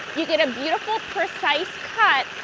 you get a beautiful precise cut